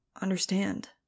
understand